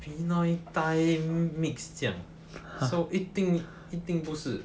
pinoy Thai mixed 这样 so 一定一定不是